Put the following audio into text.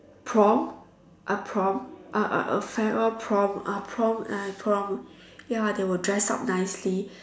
prom a prom a a a farewell prom a prom uh prom ya they will dress up nicely